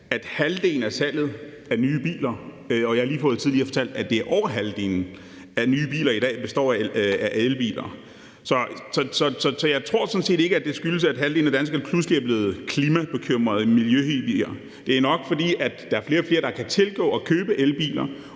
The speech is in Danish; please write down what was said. at halvdelen af salget af nye biler i dag – jeg har lige fået fortalt tidligere, at det er over halvdelen – består af elbiler. Jeg tror sådan set ikke, at det skyldes, at halvdelen af danskerne pludselig er blevet klimabekymrede eller miljøhippier. Det er nok, fordi der er flere og flere, der kan tilgå og købe elbiler.